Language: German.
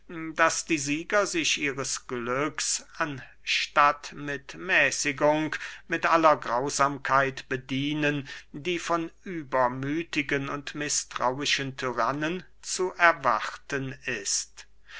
daß die sieger sich ihres glücks anstatt mit mäßigung mit aller grausamkeit bedienen die von übermüthigen und mißtrauischen tyrannen zu erwarten ist